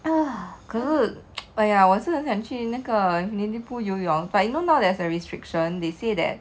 可是 but ya 我是很想去那个 infinity pool 游泳 but you know there's a restriction they say th